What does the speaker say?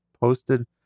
posted